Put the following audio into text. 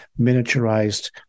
miniaturized